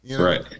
Right